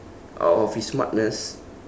out of his smartness